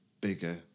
bigger